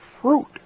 fruit